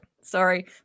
Sorry